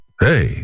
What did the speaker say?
Hey